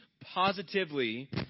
positively